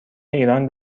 ایران